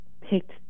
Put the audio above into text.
picked